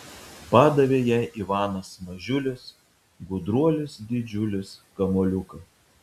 padavė jai ivanas mažiulis gudruolis didžiulis kamuoliuką